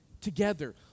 together